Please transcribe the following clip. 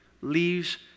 Leaves